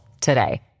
today